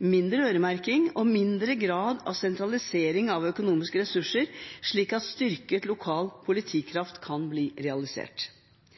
mindre øremerking og mindre grad av sentralisering av økonomiske ressurser, slik at styrket lokal politikraft kan bli realisert.